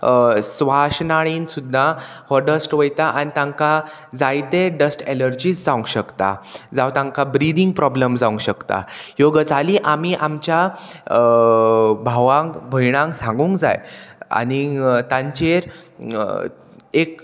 स्वाश नाणीन सुद्दां हो डस्ट वयता आनी तांकां जायते डस्ट एलर्जीस जावंक शकता जावं तांकां ब्रिदिंग प्रोब्लम जावंक शकता ह्यो गजाली आमी आमच्या भावांक भयणांक सांगूंक जाय आनी तांचेर एक